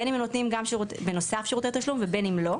בין אם הם נותנים גם בנוסף שירותי תשלום ובין אם לא,